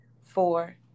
four